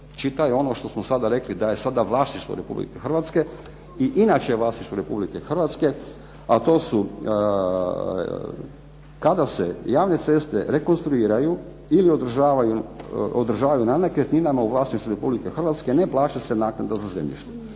Čitaj ono što smo sada rekli da je vlasništvo Republike Hrvatske, i inače vlasništvo Republike Hrvatske, a to su kada se javne ceste rekonstruiraju ili održavaju na nakretninama u vlasništvu Republike Hrvatske ne plaća se naknada za zemljište.